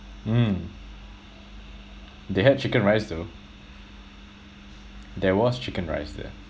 mm they had chicken rice though there was chicken rice there